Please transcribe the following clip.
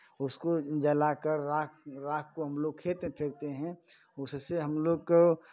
उसको जला कर राख़ राख़ को हम लोग खेत में फेंकते हैं उससे हम लोग